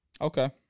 Okay